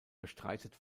bestreitet